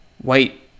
white